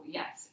yes